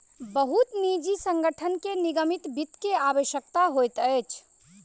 बहुत निजी संगठन के निगमित वित्त के आवश्यकता होइत अछि